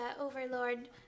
overlord